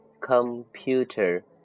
Computer